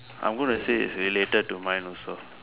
I'm gonna say it's related to mine also